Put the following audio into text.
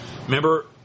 Remember